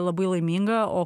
labai laiminga o